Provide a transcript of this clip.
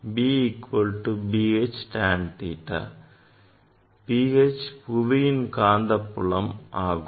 B H புவியின் காந்தப்புலம் ஆகும்